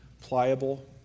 pliable